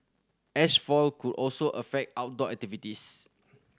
ash fall could also affect outdoor activities